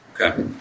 Okay